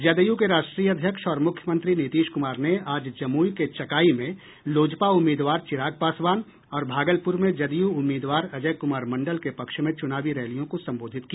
जदयू के राष्ट्रीय अध्यक्ष और मुख्यमंत्री नीतीश कुमार ने आज जमुई के चकाई में लोजपा उम्मीदवार चिराग पासवान और भागलपुर में जदयू उम्मीदवार अजय कुमार मंडल के पक्ष में चुनावी रैलियों को संबोधित किया